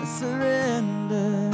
surrender